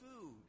food